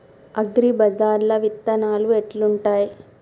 అగ్రిబజార్ల విత్తనాలు ఎట్లుంటయ్?